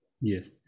yes